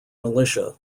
militia